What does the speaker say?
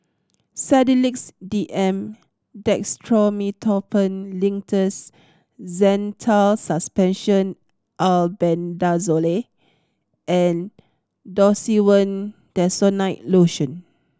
Sedilix D M Dextromethorphan Linctus Zental Suspension Albendazole and Desowen Desonide Lotion